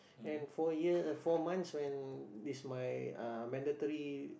and four year uh four months when is my uh mandatory